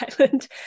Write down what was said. Island